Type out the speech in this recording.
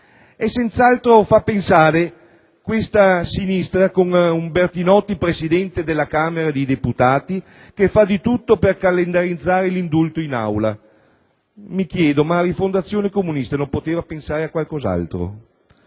Senz'altro fa pensare questa sinistra con un Bertinotti presidente della Camera dei deputati che fa di tutto per calendarizzare l'indulto in Aula. Mi chiedo: ma Rifondazione Comunista non poteva pensare a qualcos'altro?